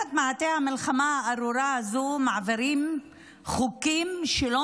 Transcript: תחת מעטה המלחמה הארורה הזו מעבירים חוקים שלא